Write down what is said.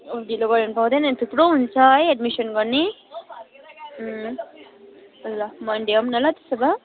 ढिलो गर्यो भने पाउँदैन नि थुप्रो हुन्छ है एडमिसन गर्ने ल मनडे आउँ न ल त्यसो भए